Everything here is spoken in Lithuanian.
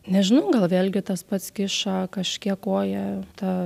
nežinau gal vėlgi tas pats kiša kažkiek koją ta